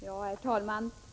Herr talman!